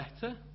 better